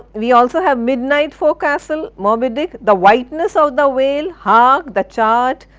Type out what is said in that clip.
we also have midnight, forecastle, moby dick, the whiteness of the whale, hark, the chart,